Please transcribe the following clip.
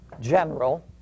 general